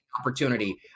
opportunity